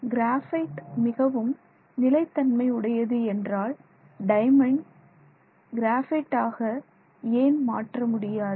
graphite மிகவும் நிலைத்தன்மை உடையது என்றால் டைமண்ட் கிராஃபைட் ஆக ஏன் மாற்ற முடியாது